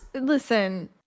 listen